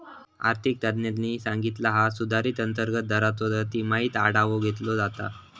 आर्थिक तज्ञांनी सांगितला हा सुधारित अंतर्गत दराचो दर तिमाहीत आढावो घेतलो जाता